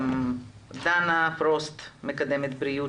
דנה פרוסט מקדמת בריאות.